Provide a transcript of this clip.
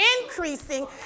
increasing